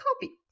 copy